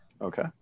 Okay